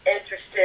interested